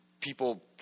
people